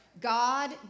God